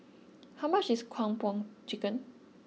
how much is Kung Po Chicken